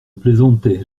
plaisantais